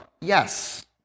Yes